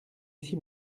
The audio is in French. ici